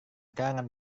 karangan